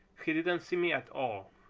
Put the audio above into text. he didn't see me at all,